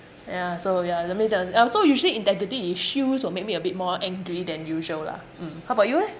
ya so ya let me tell you uh so usually integrity issues will make me a bit more angry than usual lah mm how about you leh